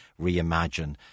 reimagine